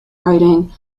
writing